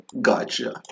Gotcha